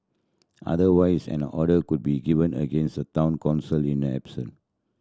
otherwise an order could be given against the Town Council in a absence